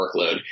workload